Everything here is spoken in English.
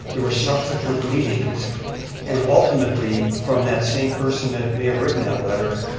there were subsequent meetings and ultimately from that same person that may have written that letter,